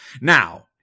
Now